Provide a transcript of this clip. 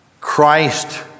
Christ